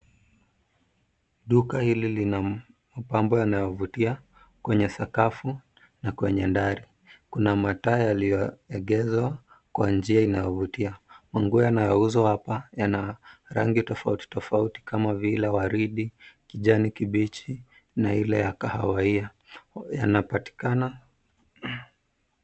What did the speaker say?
Duka hili lina mapambo yanayovutia kwenye sakafu na kwenye dari. Kuna mataa yaliyoekezwa kwa njia inayovutia. Manguo yanayouzwa hapa yana rangi tofauti tofauti kama vile waridi, kijani kibichi na ile ya kahawia. yanapatikana.